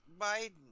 Biden